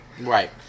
Right